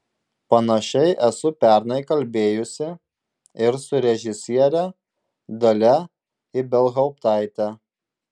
panašiai esu pernai kalbėjusi ir su režisiere dalia ibelhauptaite